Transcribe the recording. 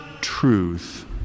truth